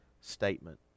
statement